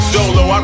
Dolo